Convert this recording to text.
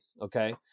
Okay